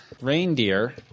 reindeer